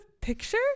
picture